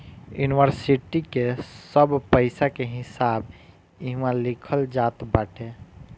इन्वरसिटी के सब पईसा के हिसाब इहवा लिखल जात बाटे